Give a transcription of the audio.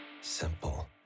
simple